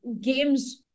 games